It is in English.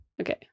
Okay